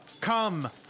come